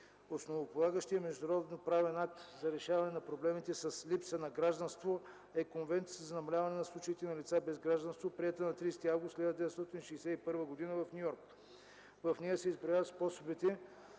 Основополагащият международноправен акт за решаване на проблемите с липсата на гражданство е Конвенцията за намаляване на случаите на лица без гражданство, приета на 30 август 1961 г. в Ню Йорк. В нея се изброяват способите